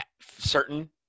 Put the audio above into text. certain